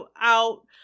out